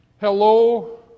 hello